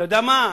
אתה יודע מה,